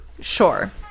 Sure